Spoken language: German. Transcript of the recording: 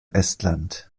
estland